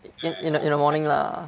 in in in the morning lah